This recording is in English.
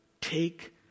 Take